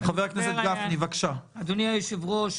אדוני היושב-ראש,